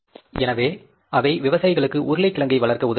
எனவே அவை விவசாயிகளுக்கு உருளைக்கிழங்கை வளர்க்க உதவுகின்றன